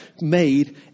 made